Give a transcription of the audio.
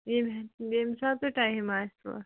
ییٚمہِ ییٚمہِ حِساب تۄہہِ ٹایم آسِوٕ